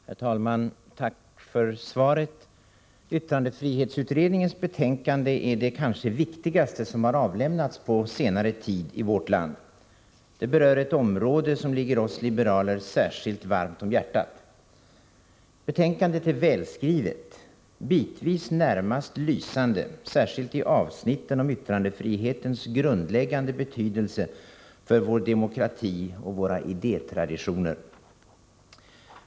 Herr talman! Tack för svaret. Yttrandefrihetsutredningens betänkande är kanske det viktigaste som har avlämnats på senare tid i vårt land. Det berör ett område som ligger oss liberaler särskilt varmt om hjärtat. Betänkandet är välskrivet. Bitvis är det närmast lysande, särskilt i fråga om avsnitten om yttrandefrihetens grundläggande betydelse för vår demokrati och våra idétraditioner.